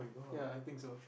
ya I think so